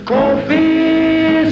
Coffee